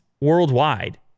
worldwide